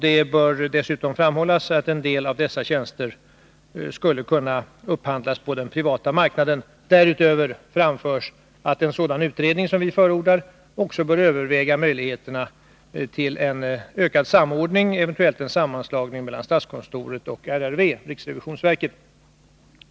Det bör dessutom framhållas att en del av dessa tjänster skulle kunna upphandlas på den privata marknaden. Därutöver framförs att en sådan utredning som vi förordar också bör överväga möjligheterna till en ökad samordning och eventuellt en sammanslagning mellan statskontoret och RRV, riksrevisionsverket.